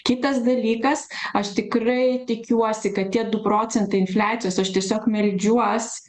kitas dalykas aš tikrai tikiuosi kad tie du procentai infliacijos aš tiesiog meldžiuos